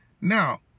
Now